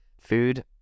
food